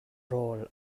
rawl